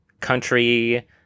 country